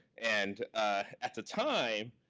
and at the time,